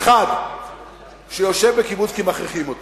אחד שיושב בקיבוץ כי מכריחים אותו.